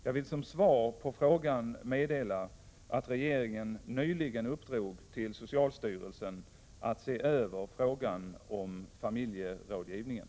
Jag vill som svar på frågan meddela att regeringen nyligen uppdrog åt socialstyrelsen att se över frågan om familjerådgivningen.